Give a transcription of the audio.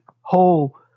whole